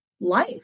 life